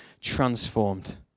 transformed